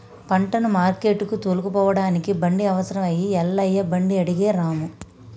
పంటను మార్కెట్టుకు తోలుకుపోడానికి బండి అవసరం అయి ఐలయ్య బండి అడిగే రాము